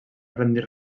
rendir